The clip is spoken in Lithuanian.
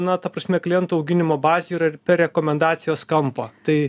na ta prasme klientų auginimo bazė yra ir per rekomendacijos kampą tai